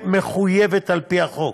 מחויבת על-פי החוק,